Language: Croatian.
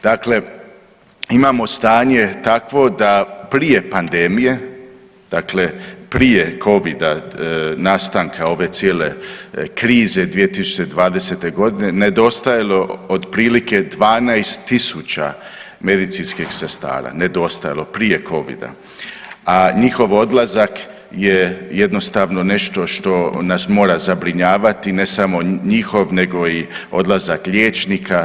Dakle, imamo stanje takvo da prije pandemije, dakle prije covida nastanka ove cijele krize 2020.g. nedostajalo otprilike 12.000 medicinskih sestara, nedostajalo prije covida, a njihov odlazak je jednostavno nešto što nas mora zabrinjavati, ne samo njihov nego i odlazak liječnika.